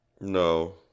No